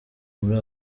muri